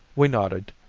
we nodded,